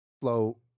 Flow